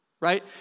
right